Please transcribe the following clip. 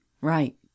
right